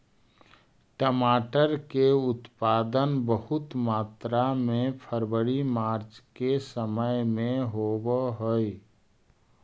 टमाटर के उत्पादन बहुत मात्रा में फरवरी मार्च के समय में होवऽ हइ